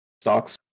stocks